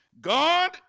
God